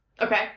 Okay